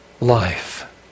life